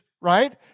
Right